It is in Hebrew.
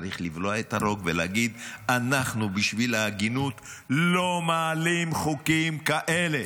צריך לבלוע את הרוק ולהגיד: בשביל ההגינות אנחנו לא מעלים חוקים כאלה